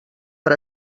per